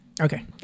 okay